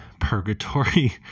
purgatory